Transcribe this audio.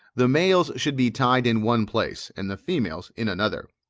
the males should be tied in one place and the females in another,